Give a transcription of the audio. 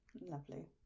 Lovely